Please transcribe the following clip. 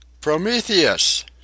Prometheus